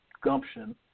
gumption